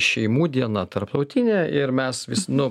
šeimų diena tarptautinė ir mes vis nu